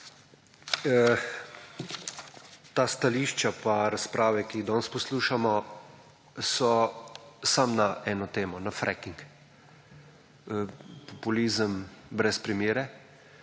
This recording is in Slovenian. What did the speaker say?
Ta stališča, pa razprave, ki jih danes poslušamo, so samo na eno temo, na freking. Populizem brez primere.